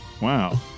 Wow